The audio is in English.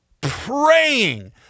praying